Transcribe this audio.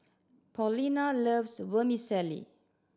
Paulina loves Vermicelli